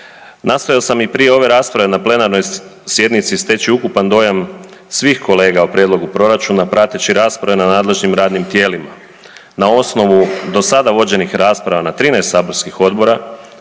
Nastojao sam i prije ove rasprave na plenarnoj sjednici steći ukupan dojam svih kolega o prijedlogu proračuna prateći rasprave na nadležnim radnim tijelima. Na osnovu do sada vođenih rasprava na 13 saborskih odbora